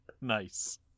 Nice